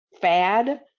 fad